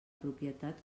propietat